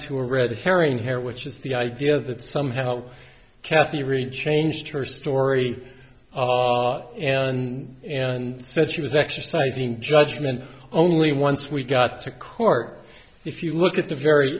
to a red herring here which is the idea that somehow kathy really changed her story and and said she was exercising judgment only once we got to court if you look at the very